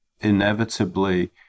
inevitably